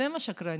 אתם השקרנים.